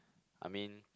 I mean